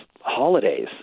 holidays